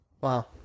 wow